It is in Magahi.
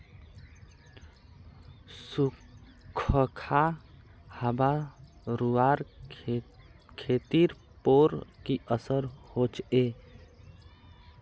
सुखखा हाबा से रूआँर खेतीर पोर की असर होचए?